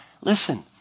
Listen